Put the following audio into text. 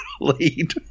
lead